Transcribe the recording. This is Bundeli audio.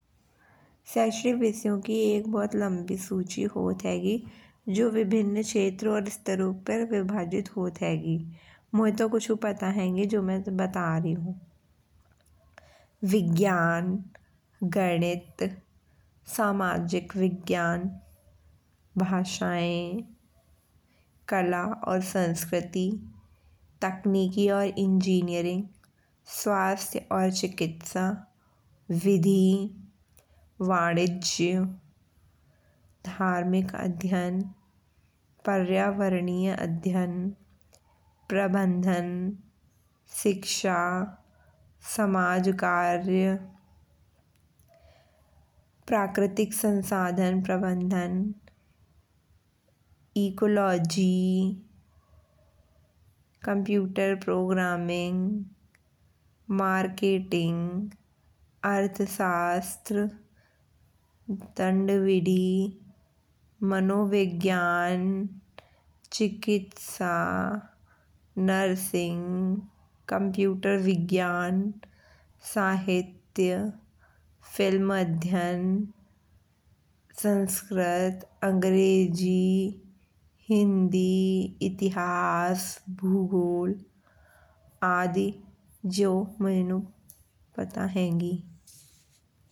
शैक्षनिक विषयों की एक बहुत लंबी सूची होत हेगी। जो विभिन्न क्षेत्रों और स्तरों पर विभाजित होत हेगी। मोए तो कुछु पता हेन्गे जो मै बता री तू। विज्ञान, गणित, सामाजिक विज्ञान, भाषाएँ, कला और संस्कृति, तकनीकी और इंजीनियरिंग, स्वास्थ्य और चिकित्सा, विधि वाणिज्य, धार्मिक अध्ययन, पर्यावरणीय अध्ययन। प्रबंधन, शिक्षा, समाज-कार्य, प्राकृतिक संसाधन प्रबंधन, इकोलॉजी, कंप्यूटर प्रोग्रामिंग, मार्केटिंग, अर्थशास्त्र, मनोविज्ञान चिकित्सा, नर्सिंग, कंप्यूटर। विज्ञान, साहित्य, फिल्म अध्ययन, संस्कृत, अंग्रेजी, हिंदी, इतिहास, भूगोल, आदि जो पता हेन्गी।